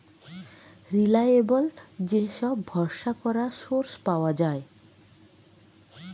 reliable যে সব ভরসা করা সোর্স পাওয়া যায়